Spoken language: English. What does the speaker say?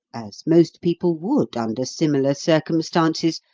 as most people would under similar circumstances,